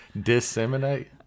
Disseminate